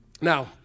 Now